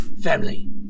Family